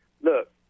Look